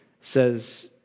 says